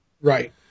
Right